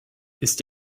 ist